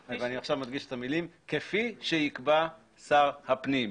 כפי שיקבע שר הפנים".